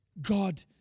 God